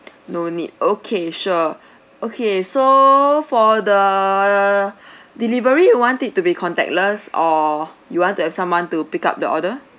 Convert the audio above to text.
no need okay sure okay so for the delivery you want it to be contactless or you want to have someone to pick up the order